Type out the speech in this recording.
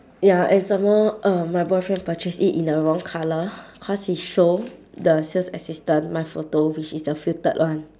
ya and some more um my boyfriend purchased it in the wrong colour cause he show the sales assistant my photo which is the filtered one